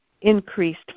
increased